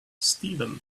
steven